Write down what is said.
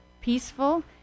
peaceful